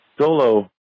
solo